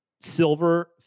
silver